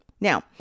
Now